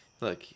Look